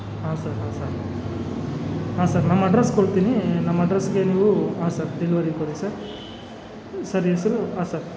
ಹಾಂ ಸರ್ ಹಾಂ ಸರ್ ಹಾಂ ಸರ್ ನಮ್ಮ ಅಡ್ರಸ್ಗೆ ಕೊಡ್ತೀನಿ ನಮ್ಮ ಅಡ್ರಸ್ಗೆ ನೀವು ಹಾಂ ಸರ್ ಡೆಲ್ವರಿ ಕೊಡಿ ಸರ್ ಸರ್ ಹೆಸ್ರು ಹಾಂ ಸರ್